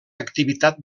activitat